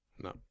No